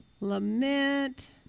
Lament